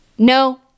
No